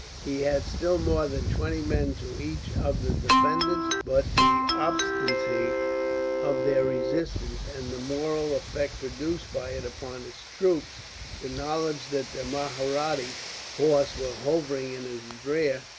he had still more than twenty men to each of the defenders but the obstinacy of their resistance, and the moral effect produced by it upon his troops the knowledge that the mahratta horse were hovering in his rear,